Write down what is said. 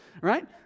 Right